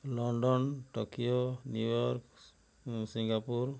London Tokyo New York Singapore